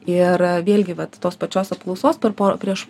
ir vėlgi vat tos pačios apklausos per porą prieš